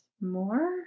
more